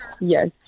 Yes